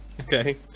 Okay